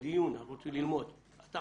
אני